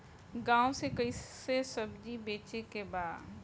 गांव से कैसे सब्जी बेचे के बा?